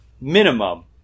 minimum